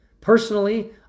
Personally